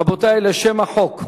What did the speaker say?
רבותי, לשם החוק,